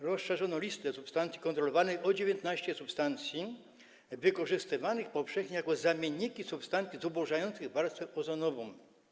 Rozszerzono listę substancji kontrolowanych o 19 substancji wykorzystywanych powszechnie jako zamienniki substancji zubożających warstwę ozonową.